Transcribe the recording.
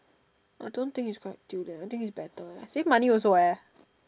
I don't think is quite tilt eh I think is better eh save money also eh